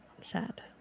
sad